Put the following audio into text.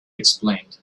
explained